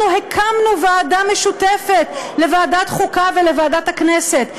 אנחנו הקמנו ועדה משותפת לוועדת החוקה ולוועדת הכנסת,